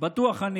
"בטוח אני